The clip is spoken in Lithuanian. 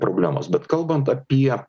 problemos bet kalbant apie